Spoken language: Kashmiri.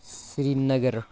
سرینگر